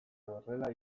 horrela